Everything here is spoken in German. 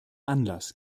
anlass